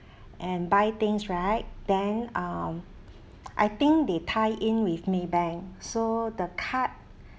and buy things right then um I think they tie in with maybank so the card